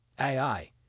AI